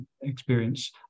experience